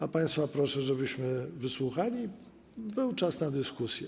A państwa proszę, żebyśmy wysłuchali, był czas na dyskusję.